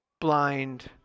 blind